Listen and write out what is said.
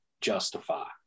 justify